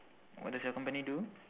what does your company do